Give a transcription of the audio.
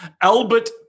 Albert